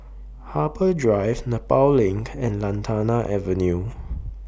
Harbour Drive Nepal LINK and Lantana Avenue